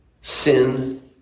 sin